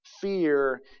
fear